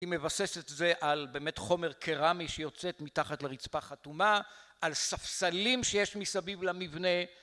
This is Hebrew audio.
היא מבססת זה על באמת חומר קרמי שיוצאת מתחת לרצפה חתומה על ספסלים שיש מסביב למבנה